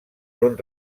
són